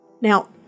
Now